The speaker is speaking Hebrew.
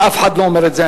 ואף אחד לא אומר את זה.